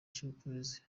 cy’ukwezi